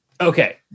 Okay